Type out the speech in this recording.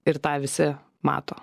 ir tą visi mato